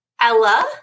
Ella